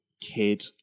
kid